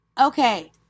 Okay